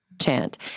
chant